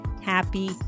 happy